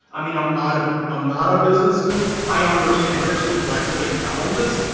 i mean, i'm not ah um not a businessman. i understand there's complexity and challenges.